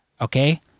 Okay